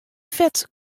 fet